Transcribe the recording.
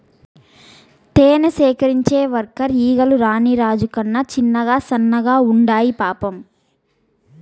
తేనె సేకరించే వర్కర్ ఈగలు రాణి రాజు కన్నా చిన్నగా సన్నగా ఉండాయి పాపం